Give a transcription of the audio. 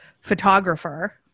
photographer